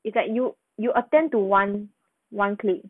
it's like you you attend to one one click